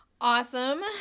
Awesome